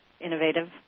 innovative